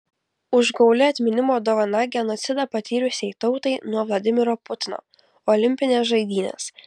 užgauli atminimo dovana genocidą patyrusiai tautai nuo vladimiro putino olimpinės žaidynės